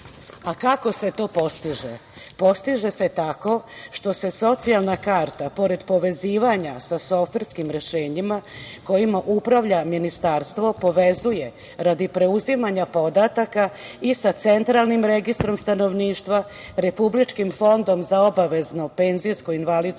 se to postiže? Postiže se tako što se socijalna karta pored povezivanja sa softverskim rešenjima kojima upravlja ministarstvo povezuje radi preuzimanja podatak i sa Centralnim registrom stanovništva, Republičkim fondom za obavezno penzijsko i invalidsko